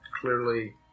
Clearly